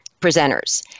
presenters